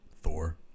Thor